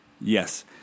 Yes